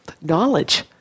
knowledge